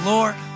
Lord